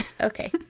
Okay